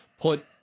put